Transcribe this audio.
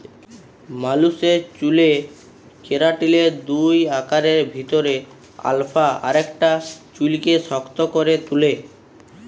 মালুসের চ্যুলে কেরাটিলের দুই আকারের ভিতরে আলফা আকারটা চুইলকে শক্ত ক্যরে তুলে